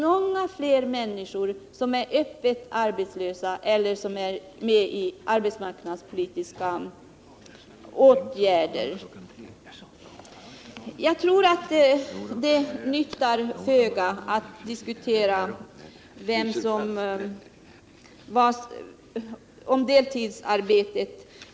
Många fler människor är öppet arbetslösa eller föremål för arbetsmarknadspolitiska åtgärder. Jag tror att det nyttar föga att diskutera deltidsarbetet.